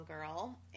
girl